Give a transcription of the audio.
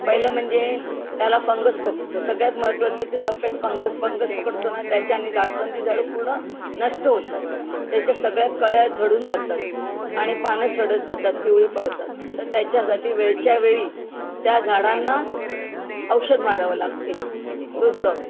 पहिलं म्हणजे त्याला फंगस पकडतो सगळ्यात महत्त्वाचं ते सफेद फंगस फंगस पकडतो ना त्याच्याने दासवंदी झाडं पूर्ण नष्ट होतात त्याच्या सगळ्या कळ्या झडून जातात आणि पानं सडत जातात पिवळी पडतात तर त्याच्यासाठी वेळच्या वेळी त्या झाडांना औषध मारावं लागते दुसरं